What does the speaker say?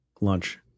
lunch